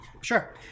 Sure